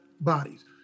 bodies